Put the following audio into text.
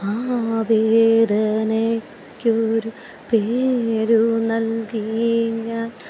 ആ വേദനയ്ക്കൊരു പേരു നൽകി ഞാൻ